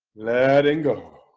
letting go